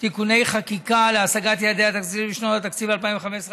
תיקוני חקיקה להשגת יעדי התקציב לשנות התקציב 2015,